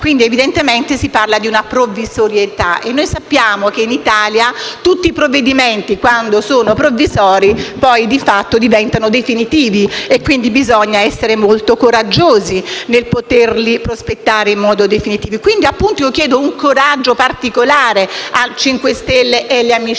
quindi evidente che si parla di una provvisorietà; e noi sappiamo che in Italia tutti i provvedimenti, quando sono provvisori, poi di fatto diventano definitivi. Quindi, bisogna essere molto coraggiosi nel poterli prospettare in modo definitivo. Chiedo allora un coraggio particolare ai 5 Stelle e agli amici